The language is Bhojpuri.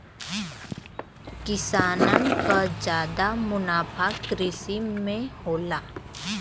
किसानन क जादा मुनाफा कृषि में होला